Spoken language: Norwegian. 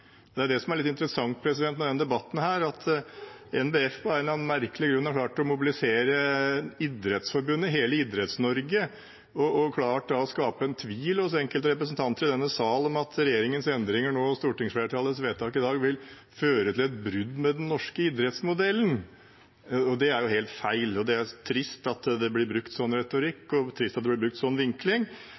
Det er jo det som er litt interessant med denne debatten, at NBF av en eller annen merkelig grunn har klart å mobilisere Idrettsforbundet, hele Idretts-Norge, og klart å skape en tvil hos enkelte representanter i denne sal om at regjeringens endringer nå og stortingsflertallets vedtak i dag vil føre til et brudd med den norske idrettsmodellen. Det er jo helt feil, og det er trist at det blir brukt en sånn retorikk, og trist at det blir brukt en sånn vinkling.